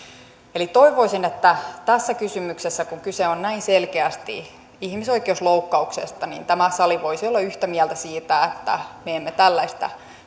eli toivoisin että tässä kysymyksessä kun kyse on näin selkeästi ihmisoikeusloukkauksesta tämä sali voisi olla yhtä mieltä siitä että me emme tällaista